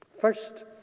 First